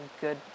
good